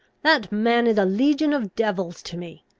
that man is a legion of devils to me!